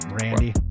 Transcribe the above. Randy